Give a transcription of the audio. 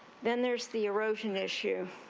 then there's the erosion issue.